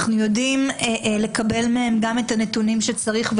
אנחנו יודעים לקבל מהם את הנתונים שצריך.